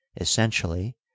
Essentially